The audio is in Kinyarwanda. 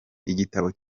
igitabo